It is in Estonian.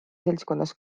seltskonnas